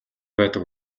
байдаг